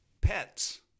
pets